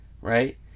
right